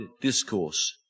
discourse